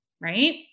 right